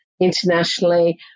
internationally